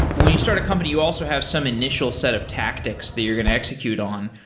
when you start a company, you also have some initial set of tactics that you're going to execute on.